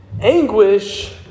anguish